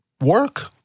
work